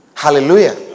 Hallelujah